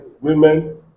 women